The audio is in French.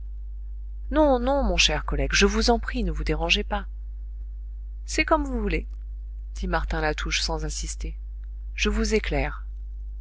non non mon cher collègue je vous en prie ne vous dérangez pas c'est comme vous voulez dit martin latouche sans insister je vous éclaire